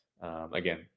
again